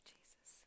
Jesus